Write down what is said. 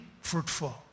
fruitful